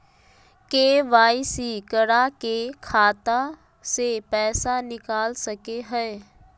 KYC करा के खाता से पैसा निकल सके हय?